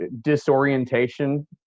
disorientation